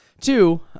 Two